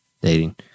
dating